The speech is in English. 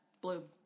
Blue